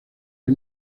del